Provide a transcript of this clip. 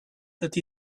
that